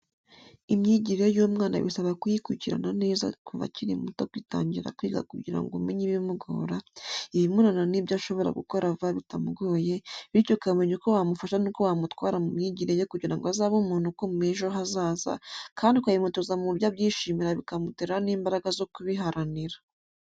Imyigire y'umwana bisaba kuyikurikirana neza kuva akiri muto agitangira kwiga kugira ngo umenye ibimugora, ibimunanira n'ibyo ashobora gukora vuba bitamugoye, bityo ukamenya uko wamufasha nuko wamutwara mu myigire ye kugira ngo azabe umuntu ukomeye ejo hazaza, kandi ukabimutoza mu buryo abyishimira bikamutera n'imbaraga zo kubiharanira.